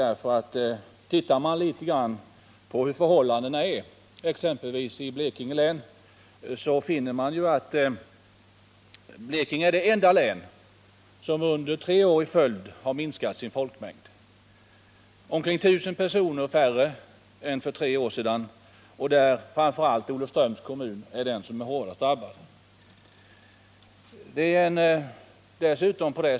Ser man på förhållandena i exempelvis Blekinge län finner man att Blekinge är det enda län vars folkmängd tre år i följd har minskat. Där finns nu omkring 1 000 personer färre än för tre år sedan. Olofströms kommun är hårdast drabbad.